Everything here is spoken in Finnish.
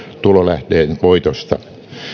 tulolähteen voitosta